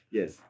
Yes